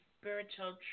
spiritual